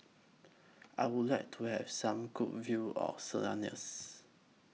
I Would like to Have Some Good View of